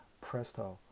Presto